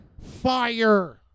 Fire